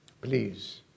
Please